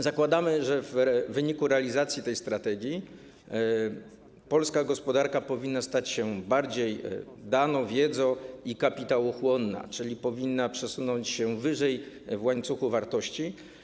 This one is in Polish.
Zakładamy, że w wyniku realizacji tej strategii polska gospodarka powinna stać się bardziej dano-, wiedzo- i kapitałochłonna, czyli powinna przesunąć się wyżej w łańcuchu wartości.